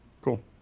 Cool